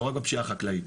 לא רק בפשיעה החקלאית.